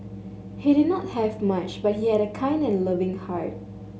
he did not have much but he had a kind and loving heart